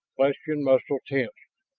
flesh and muscle tensed.